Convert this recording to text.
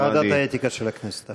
ועדת האתיקה של הכנסת.